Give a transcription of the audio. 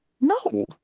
No